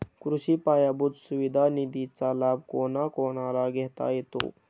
कृषी पायाभूत सुविधा निधीचा लाभ कोणाकोणाला घेता येतो?